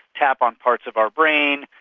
tap on parts of our brain,